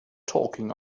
taking